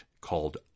called